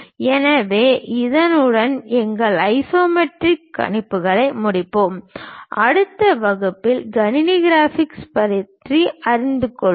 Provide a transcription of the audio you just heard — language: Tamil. எனவே அதனுடன் எங்கள் ஐசோமெட்ரிக் கணிப்புகளை முடிப்போம் அடுத்த வகுப்பில் கணினி கிராபிக்ஸ் பற்றி அறிந்து கொள்வோம்